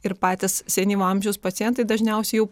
ir patys senyvo amžiaus pacientai dažniausiai